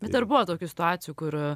bet ar buvo tokių situacijų kur